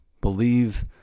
believe